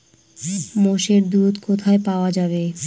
মোষের দুধ কোথায় পাওয়া যাবে?